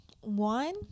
one